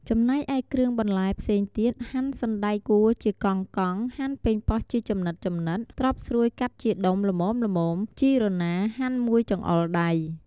ចំណែកឯគ្រឿងបន្លែផ្សេងទៀត ហាន់សណ្ដែកកួរជាកង់ៗ ហាន់ប៉េងប៉ោះជាចំណិតៗ ត្រប់ស្រួយកាត់ជាដុំល្មមៗ ជីរណាហាន់មួយចង្អុលដៃ ។